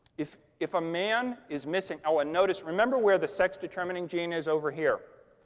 if if a man is missing oh, and notice, remember where the sex determining gene is over here.